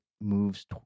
moves